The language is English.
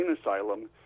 asylum